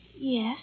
Yes